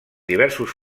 diversos